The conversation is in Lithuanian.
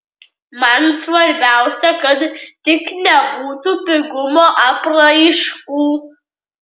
man svarbiausia kad tik nebūtų pigumo apraiškų